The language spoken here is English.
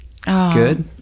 Good